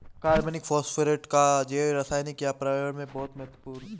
कार्बनिक फास्फेटों का जैवरसायन और पर्यावरण में बहुत महत्व है